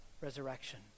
resurrection